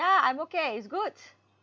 ya I'm okay it's good